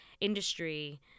industry